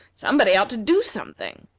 somebody ought to do something.